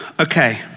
Okay